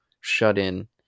shut-in